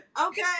okay